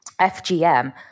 FGM